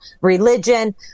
religion